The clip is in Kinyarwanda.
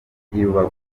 rubavu